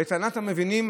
לטענת המבינים,